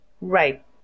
Right